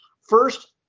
First